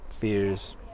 fears